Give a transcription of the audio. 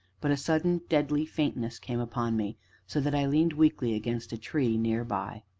but a sudden deadly faintness came upon me so, that i leaned weakly against a tree near by.